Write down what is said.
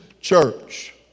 church